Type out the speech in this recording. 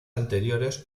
anteriores